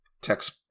text